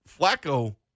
Flacco